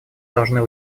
должны